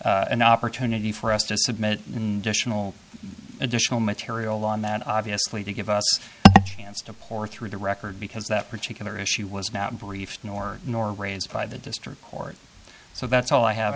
an opportunity for us to submit additional material on that obviously to give us a chance to pore through the record because that particular issue was not briefed nor nor raised by the district court so that's all i have